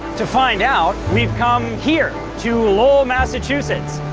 to find out, we've come here, to lowell, massachusetts.